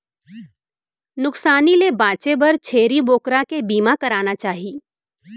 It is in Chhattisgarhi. नुकसानी ले बांचे बर छेरी बोकरा के बीमा कराना चाही